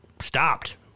stopped